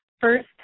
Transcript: first